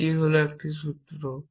সেটি হল একটি সূত্র